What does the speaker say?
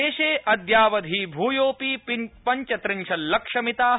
देशे अद्यावधि भूयोऽपि पंचत्रिंशत्लक्षमिता